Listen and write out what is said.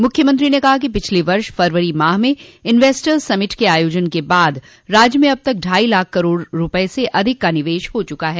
मुख्यमंत्री ने कहा कि पिछले वर्ष फरवरी माह में इंवेस्टर्स समिट के आयोजन के बाद राज्य में अब तक ढाई लाख करोड़ रूपये से अधिक का निवेश हो चुका है